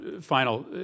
final